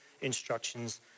instructions